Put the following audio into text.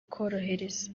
korohereza